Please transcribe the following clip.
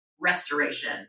restoration